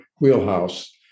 wheelhouse